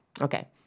Okay